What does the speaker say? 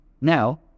now